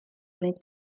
gwneud